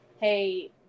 hey